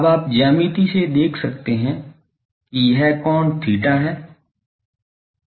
अब आप ज्यामिति से देख सकते हैं कि यह कोण theta है